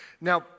Now